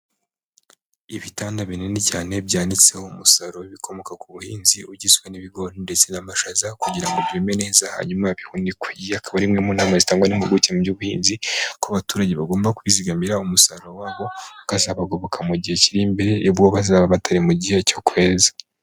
Ibitanda binini cyane byanitseho umusaruro w'ibikomoka ku buhinzi, ugizwe n'ibigori ndetse n'amashaza, kugira ngo byume neza hanyuma bihukwe. Iyi akaba imwe mu nama zitangwa n'impuguke mu by'ubuhinzi, ko abaturage bagomba kubizigamira umusaruro wabo, ukazabagoboka mu gihe kiri imbere, ubwo bazaba batari mu gihe cyokweza.